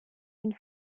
une